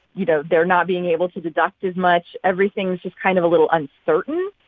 you know, they're not being able to deduct as much. everything's just kind of a little uncertain.